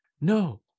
No